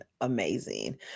amazing